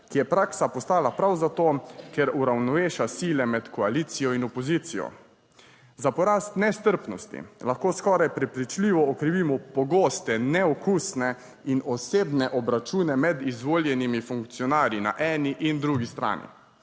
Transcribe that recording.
ki je praksa postala prav zato, ker uravnoveša sile med koalicijo in opozicijo. Za porast nestrpnosti lahko skoraj prepričljivo okrivimo pogoste neokusne in osebne obračune med izvoljenimi funkcionarji na eni in drugi strani,